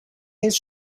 his